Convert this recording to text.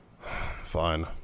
Fine